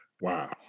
Wow